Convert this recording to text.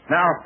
Now